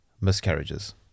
miscarriages